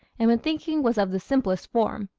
and when thinking was of the simplest form.